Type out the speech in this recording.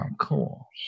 cool